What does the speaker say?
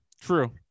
true